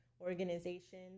organization